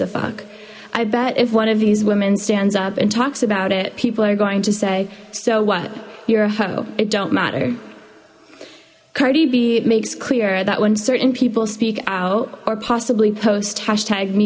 a fuck i bet if one of these women stands up and talks about it people are going to say so what you're a ho it don't matter cardi b makes clear that when certain people speak out or possibly post